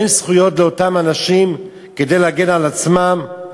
אין זכויות לאותם אנשים כדי להגן על עצמם?